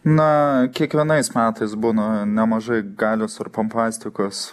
na kiekvienais metais būna nemažai galios ir pompastikos